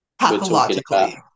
pathologically